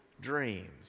dreams